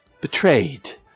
betrayed